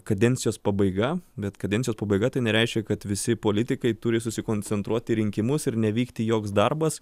kadencijos pabaiga bet kadencijos pabaiga tai nereiškia kad visi politikai turi susikoncentruot į rinkimus ir nevykti joks darbas